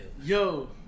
Yo